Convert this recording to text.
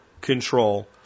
control